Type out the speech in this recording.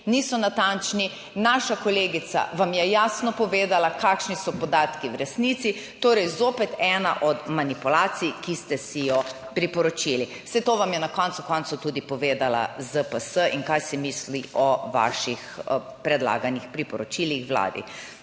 niso natančni. Naša kolegica vam je jasno povedala kakšni so podatki v resnici. Torej, zopet ena od manipulacij, ki ste si jo priporočili, saj to vam je na koncu koncev tudi povedala ZPS in kaj si misli o vaših predlaganih priporočilih Vladi.